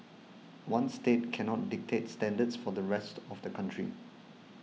one state cannot dictate standards for the rest of the country